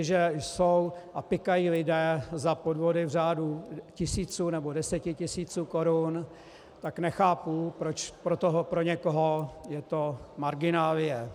A jestliže jsou a pykají lidé za podvody v řádu tisíců nebo desetitisíců korun, tak nechápu, proč pro toho pro někoho je to marginálie.